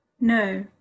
No